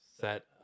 set